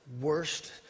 worst